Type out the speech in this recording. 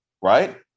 right